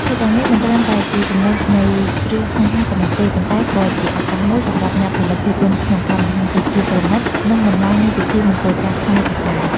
ឈុតទាំងនេះមិនត្រឹមតែជាចំណុចនៃរឿងស្នេហាប៉ុណ្ណោះទេ ប៉ុន្តែក៏ជាឱកាសមួយសម្រាប់អ្នកផលិតភាពយន្តក្នុងការបង្ហាញពីភាពប្រណីត និងតម្លៃនៃពិធីមង្គលការខ្មែរផងដែរ។